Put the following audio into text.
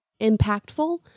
impactful